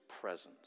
presence